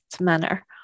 manner